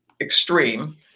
extreme